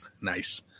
Nice